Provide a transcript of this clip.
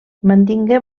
mantingué